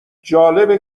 جالبه